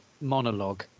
monologue